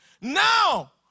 Now